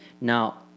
Now